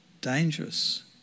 dangerous